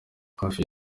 hafi